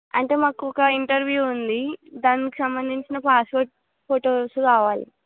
అంటే మాకు ఒక ఇంటర్వ్యూ ఉంది దానికి సంబంధించిన పాస్పోర్ట్ ఫోటోస్ కావాలి